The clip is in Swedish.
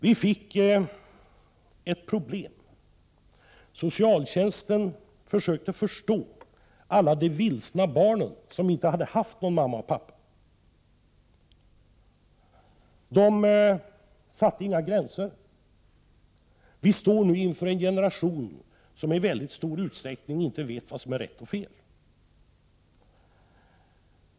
Vi fick ett problem. Socialtjänsten försökte förstå alla de vilsna barnen som inte hade haft någon mamma och pappa. Föräldrarna satte inga gränser. Visstår nu inför en generation som i mycket stor utsträckning inte vet vad som är rätt och fel.